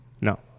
No